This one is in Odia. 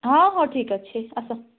ହଁ ହଁ ଠିକ୍ ଅଛି ଆସ